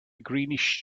greenish